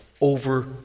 over